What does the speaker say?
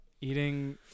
eating